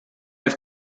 have